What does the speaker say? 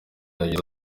yagize